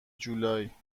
جولای